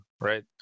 right